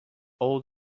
all